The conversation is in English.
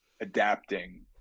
adapting